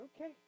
okay